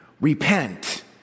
Repent